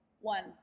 one